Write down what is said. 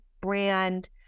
brand